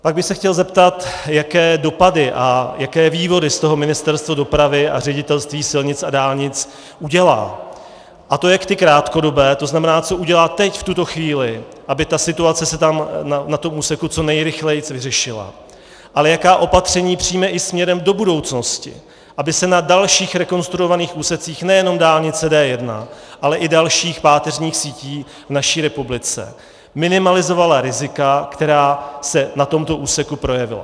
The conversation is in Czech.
Pak bych se chtěl zeptat, jaké dopady a jaké vývody z toho Ministerstvo dopravy a Ředitelství silnic a dálnic udělá, a to jak ty krátkodobé, tzn. co udělá teď v tuto chvíli, aby ta situace se na tom úseku co nejrychleji vyřešila, ale jaká opatření přijme i směrem do budoucnosti, aby se na dalších rekonstruovaných úsecích nejenom dálnice D1, ale i dalších páteřních sítí v naší republice minimalizovala rizika, která se na tomto úseku projevila.